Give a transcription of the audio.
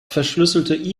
verschlüsselte